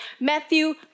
Matthew